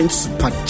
super